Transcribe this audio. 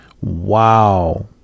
Wow